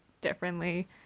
differently